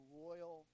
royal